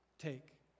take